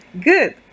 Good